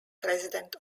president